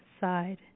side